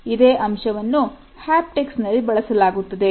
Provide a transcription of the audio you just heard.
ಇದೇ ಅಂಶವನ್ನು Haptics ನಲ್ಲಿ ಬಳಸಲಾಗುತ್ತದೆ